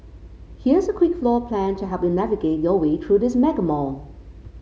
here's a quick floor plan to help you navigate your way through this mega mall